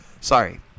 Sorry